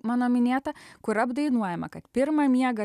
mano minėtą kur apdainuojama kad pirmą miegą